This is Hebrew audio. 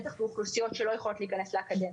בטח באוכלוסיות שלא יכולות להיכנס לאקדמיה.